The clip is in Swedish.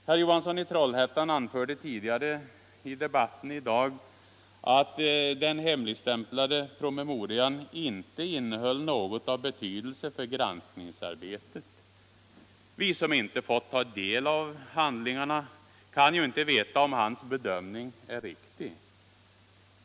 Herr Johansson i Trollhättan anförde tidigare i debatten i dag att den hemligstämplade promemorian inte innehöll något av betydelse för granskningsarbetet. Vi som inte fått ta del av handlingarna kan ju inte veta om hans bedömning är riktig.